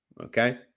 Okay